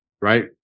right